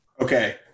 Okay